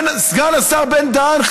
סגן השר בן-דהן,